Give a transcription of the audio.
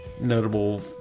notable